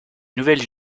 nouvelle